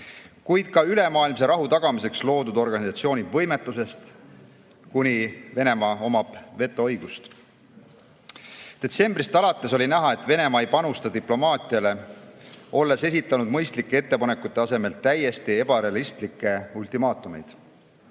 kuid ka ülemaailmse rahu tagamiseks loodud organisatsiooni võimetuses, seni kuni Venemaa omab vetoõigust. Detsembrist alates on olnud näha, et Venemaa ei panusta diplomaatiale, esitades mõistlike ettepanekute asemel täiesti ebarealistlikke ultimaatumeid.